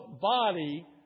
body